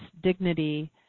dignity